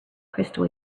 crystal